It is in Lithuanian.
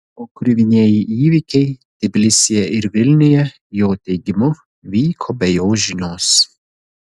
o kruvinieji įvykiai tbilisyje ir vilniuje jo teigimu vyko be jo žinios